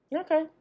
Okay